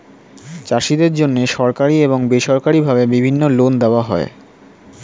চাষীদের জন্যে সরকারি এবং বেসরকারি ভাবে বিভিন্ন লোন দেওয়া হয়